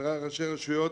חבריי ראשי רשויות,